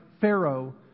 Pharaoh